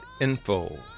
info